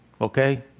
Okay